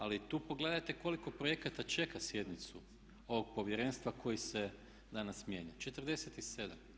Ali tu pogledajte koliko projekata čeka sjednicu ovog povjerenstva koje se danas mijenja, 47.